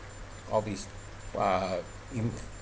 all this uh in